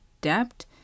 depth